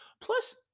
Plus